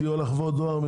סיוע לחברות הדואר,